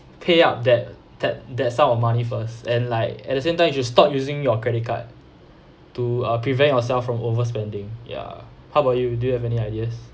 pay up that that that sum of money first and like at the same time you should stop using your credit card to uh prevent yourself from overspending ya how about you do you have any ideas